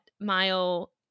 mile